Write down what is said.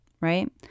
right